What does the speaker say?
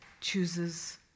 chooses